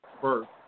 first